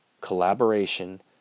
collaboration